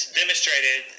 demonstrated